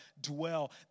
dwell